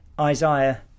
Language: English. Isaiah